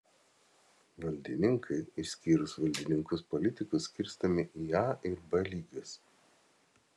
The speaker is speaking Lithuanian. valdininkai išskyrus valdininkus politikus skirstomi į a ir b lygius